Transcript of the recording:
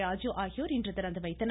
ராஜு ஆகியோர் இன்று திறந்துவைத்தனர்